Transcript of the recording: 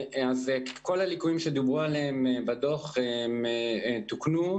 כל הליקויים שדוברו עליהם בדוח תוקנו.